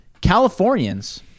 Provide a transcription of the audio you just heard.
Californians